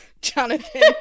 Jonathan